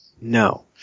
No